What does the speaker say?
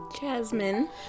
jasmine